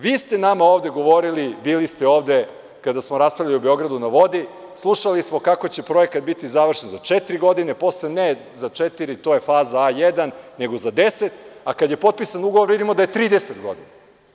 Vi ste nama ovde govorili, bili ste ovde kada smo raspravljali o „Beogradu na vodi“, slušali smo kako će projekat biti završen za četiri godine, posle ne za četiri, to je faza A1 nego za deset, a kada je potpisan ugovor vidimo da je 30 godina.